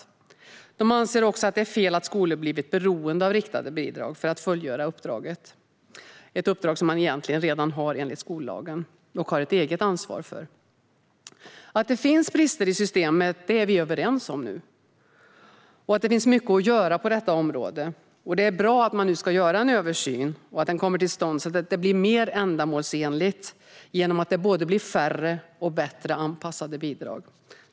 Riksrevisionen anser också att det är fel att skolor blivit beroende av riktade bidrag för att fullgöra det uppdrag som de enligt skollagen har ett eget ansvar för. Vi är nu överens om att det finns brister i systemet och att det finns mycket att göra på detta område, och det är bra att en översyn nu kommer till stånd så att det blir mer ändamålsenligt genom att det blir både färre och bättre anpassade bidrag.